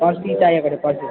फर्सी चाहिएको छ फर्सी